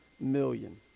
million